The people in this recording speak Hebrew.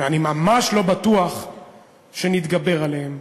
ואני ממש לא בטוח שנתגבר עליהם.